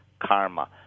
karma